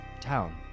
Town